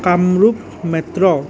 Kamrup metro